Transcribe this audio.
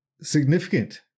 significant